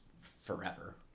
forever